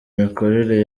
imikorere